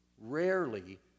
rarely